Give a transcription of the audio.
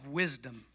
wisdom